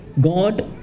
God